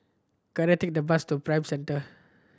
can I take the bus to Prime Centre